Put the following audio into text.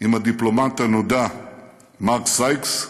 עם הדיפלומט הנודע מארק סייקס.